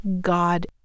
God